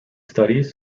studies